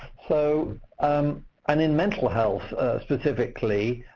so um and in mental health specifically,